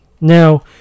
Now